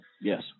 Yes